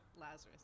Lazarus